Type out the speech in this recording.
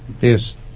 yes